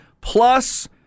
Plus